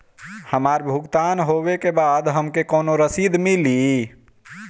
हमार भुगतान होबे के बाद हमके कौनो रसीद मिली?